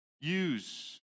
use